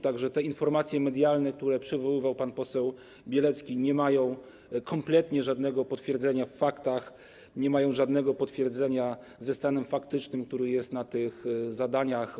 Tak że te informacje medialne, które przywoływał pan poseł Bielecki, nie mają kompletnie żadnego potwierdzenia w faktach, nie mają żadnego potwierdzenia w faktycznym stanie realizacji tych zadań.